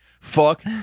fuck